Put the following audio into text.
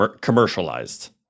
commercialized